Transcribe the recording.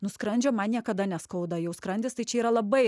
nu skrandžio man niekada neskauda jau skrandis tai čia yra labai